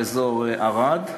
או אזור ערד,